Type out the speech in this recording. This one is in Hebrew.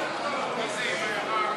בהתאם.